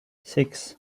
six